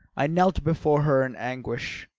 i knelt before her in anguish.